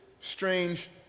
strange